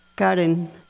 Karen